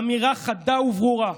אמירה חדה וברורה: